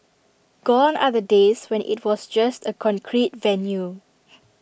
gone are the days when IT was just A concrete venue